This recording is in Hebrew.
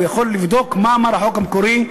הוא יכול לבדוק מה אמר החוק המקורי,